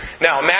Now